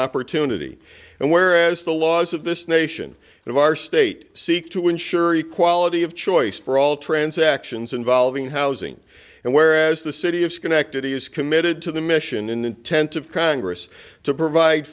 opportunity and whereas the laws of this nation and our state seek to ensure he quality of choice for all transactions involving housing and whereas the city of schenectady is committed to the mission in intent of congress to provide